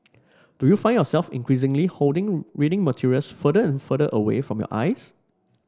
do you find yourself increasingly holding reading materials further and further away from your eyes